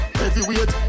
heavyweight